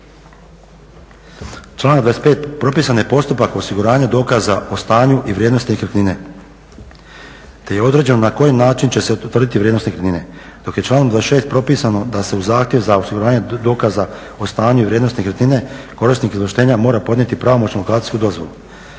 Članak 25. propisan je postupak osiguranja dokaza o stanju i vrijednost nekretnine te je određeno na koji način će se utvrditi vrijednost nekretnine dok je člankom 26 propisano da se u zahtjev za osiguranje dokaza o stanju i vrijednosti nekretnine korisnik izvlaštenje mora podnijeti pravomoćnu … dozvolu,